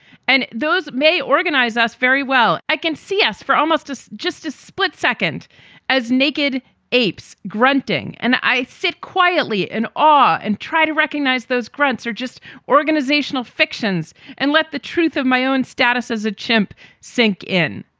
and those may organize us very well. i can see, yes, for almost just just a split second as naked apes grunting and i sit quietly in awe and try to recognize those grunts are just organisational fictions and let the truth of my own status as a chimp sink in.